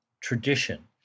tradition